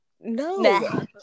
No